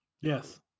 Yes